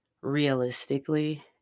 realistically